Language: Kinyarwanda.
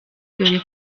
dore